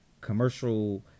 commercial